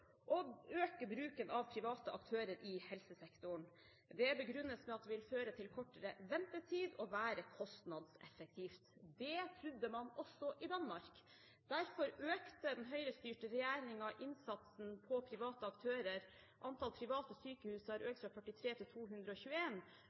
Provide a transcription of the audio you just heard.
å øke bruken av private aktører i helsesektoren. Det begrunnes med at det vil føre til kortere ventetid og være kostnadseffektivt. Det trodde man også i Danmark. Derfor økte den høyrestyrte regjeringen innsatsen på private aktører. Antall private sykehus har